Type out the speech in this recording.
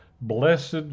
Blessed